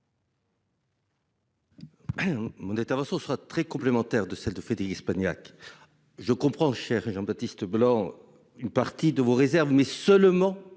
Mon intervention sera très complémentaire de celle de fêter Espagnac. Je comprends cher et Jean-Baptiste Blanc. Une partie de vos réserves mais seulement